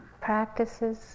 practices